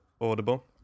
Audible